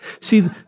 See